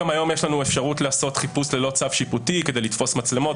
גם היום יש לנו אפשרות לעשות חיפוש ללא צו שיפוטי כדי לתפוס מצלמות.